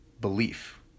belief